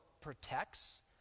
protects